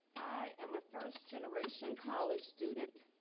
i am a first-generation college student.